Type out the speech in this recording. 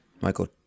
Michael